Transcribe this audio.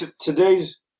today's